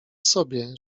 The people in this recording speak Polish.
sobie